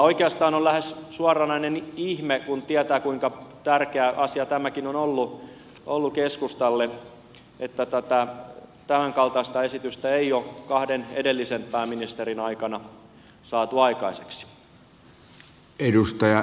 oikeastaan on lähes suoranainen ihme kun tietää kuinka tärkeä asia tämäkin on ollut keskustalle että tätä tämänkaltaista esitystä ei ole kahden edellisen pääministerin aikana saatu aikaiseksi